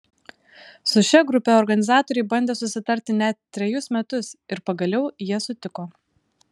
su šia grupe organizatoriai bandė susitarti net trejus metus ir pagaliau jie sutiko